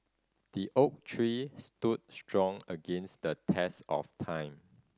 the oak tree stood strong against the test of time